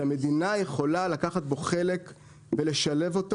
שהמדינה יכולה לקחת בו חלק ולשלב אותו